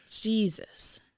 Jesus